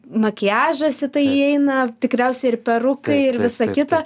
makiažas į tai įeina tikriausiai ir perukai ir visa kita